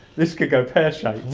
this could go pear shaped.